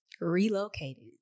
relocated